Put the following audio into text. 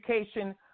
education